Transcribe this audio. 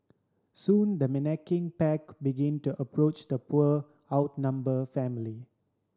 soon the pack begin to approach the poor outnumber family